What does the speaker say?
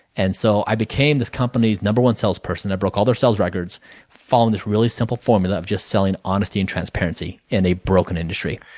and so, i became this company's number one sales person. i broke all their sales records following this really simple formula of just selling honesty and transparency in a broken industry.